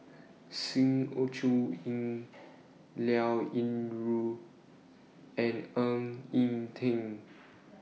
Sng Choon Yee Liao Yingru and Ng Eng Teng